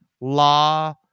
law